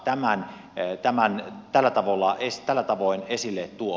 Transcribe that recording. tämähän ei tämä nyt tällä tavoin esille tuo